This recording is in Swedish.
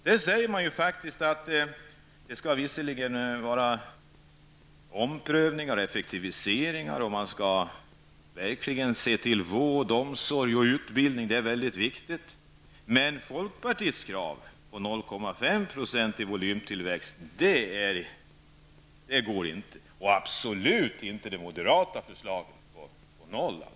Där säger man att det visserligen måste till omprövningar och effektiviseringar om vi verkligen vill värna om vården, omsorgen och utbildningen, för detta är väldigt viktigt, men folkpartiets krav på 0,5 % i volymtillväxt går inte alls och absolut inte moderaternas förslag på 0 %.